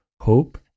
hope